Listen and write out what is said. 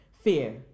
fear